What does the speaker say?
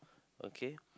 okay